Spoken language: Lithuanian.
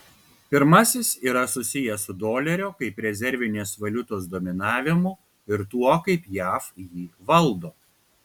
pirmasis yra susijęs su dolerio kaip rezervinės valiutos dominavimu ir tuo kaip jav jį valdo